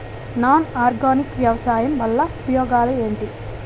Non organic వ్యవసాయం వల్ల ఉపయోగాలు ఏంటీ?